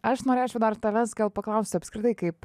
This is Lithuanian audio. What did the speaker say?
aš norėčiau dar tavęs gal paklaust apskritai kaip